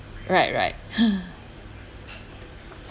right right